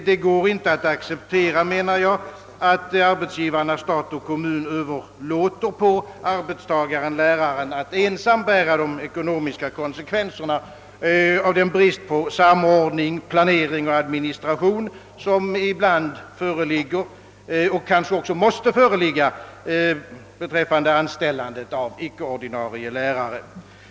Det går inte att acceptera, menar jag, att arbetsgivarna, stat och kommun, överlåter på arbetstagaren, läraren, att ensam bära de ekonomiska konsekvenserna av den brist på samordning, planering och administration som ibland föreligger och som kanske också måste föreligga vid anställandet av icke ordinarie lärare.